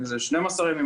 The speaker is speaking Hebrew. שזה יכול להיות 12 ימים,